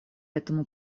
этому